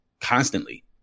constantly